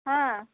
हँ